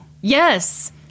Yes